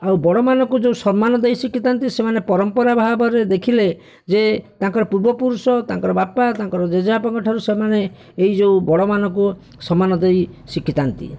ଆଉ ବଡ଼ମାନଙ୍କୁ ଯେଉଁ ସମ୍ମାନ ଦେଇ ଶିଖିଥାନ୍ତି ସେମାନେ ପରମ୍ପରା ଭାବରେ ଦେଖିଲେ ଯେ ତାଙ୍କର ପୂର୍ବ ପୁରୁଷ ତାଙ୍କର ବାପା ତାଙ୍କର ଜେଜେ ବାପାଙ୍କଠାରୁ ସେମାନେ ଏଇ ଯେଉଁ ବଡ଼ମାନଙ୍କୁ ସମ୍ମାନ ଦେଇ ଶିଖିଥାନ୍ତି